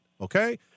okay